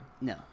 No